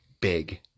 big